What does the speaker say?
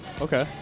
Okay